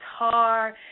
guitar